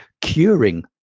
curing